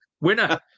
winner